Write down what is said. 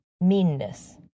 meanness